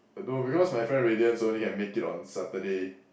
no because my friend Raydians can only make it on Saturday